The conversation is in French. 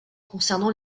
concernant